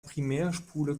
primärspule